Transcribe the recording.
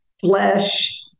flesh